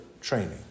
training